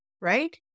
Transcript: right